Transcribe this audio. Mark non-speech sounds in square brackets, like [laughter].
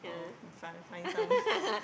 yeah [laughs]